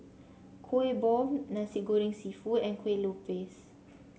Kuih Bom Nasi Goreng seafood and Kue Lupis